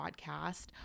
podcast